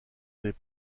des